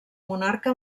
monarca